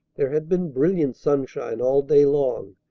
there had been brilliant sunshine all day long,